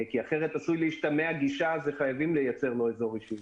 אחרת עשוי להשתמע ש"גישה" אומרת שחייבים לייצר לו אזור אישי.